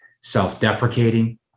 Self-deprecating